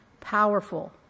powerful